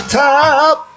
top